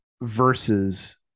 Versus